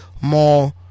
more